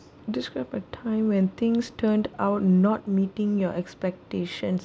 describe a time when things turned out not meeting your expectations